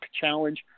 challenge